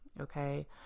Okay